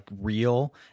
real